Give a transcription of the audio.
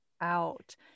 out